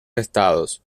estados